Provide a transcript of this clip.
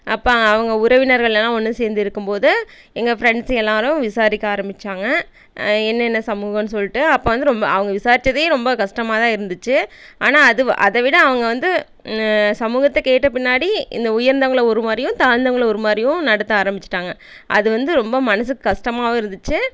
அப்போ அவங்க உறவினர்களெல்லாம் ஒன்று சேர்ந்திருக்கும் போது எங்கள் ஃப்ரெண்ட்ஸை எல்லாரும் விசாரிக்க ஆரம்பிச்சாங்க என்னென்ன சமூகம் சொல்லிட்டு அப்போ வந்து ரொம்ப அவங்க விசாரிச்சதே ரொம்ப கஷ்டமாக தான் இருந்துச்சு ஆனால் அது அத விட அவங்க வந்து சமூகத்தை கேட்ட பின்னாடி இந்த உயர்ந்தவங்களை ஒரு மாதிரியும் தாழ்ந்தவங்களை ஒரு மாதிரியும் நடத்த ஆரம்பிச்சிவிட்டாங்க அது வந்து ரொம்ப மனசுக்கு கஷ்டமாகவும் இருந்துச்சு